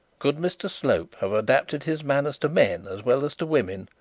could mr slope have adapted his manners to men as well as to women,